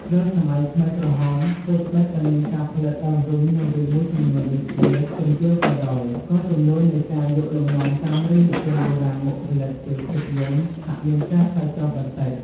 ក្រោយសម័យខ្មែរក្រហម ថ្វីត្បិតតែមានការផលិតឡើងវិញនូវរឿងមួយចំនួនដូចជា "ទុំទាវ" ក៏ដោយ ក៏ចំនួននៃការយកលំនាំតាមរឿងនិទានបុរាណមកផលិតជាភាពយន្តហាក់មានការថយចុះបន្តិច។